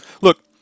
look